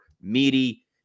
meaty